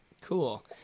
Cool